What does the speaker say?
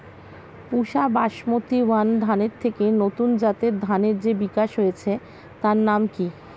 পুসা Basmati one ধানের থেকে নতুন জাতের ধানের যে বিকাশ হয়েছে তার নাম কি?